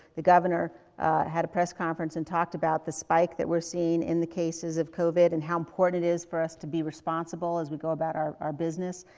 the governor had a press conference and talked about the spike that we're seeing in the cases of covid, and how important it is for us to be responsible as we go about our our business,